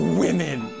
women